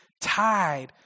tied